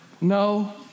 no